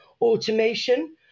automation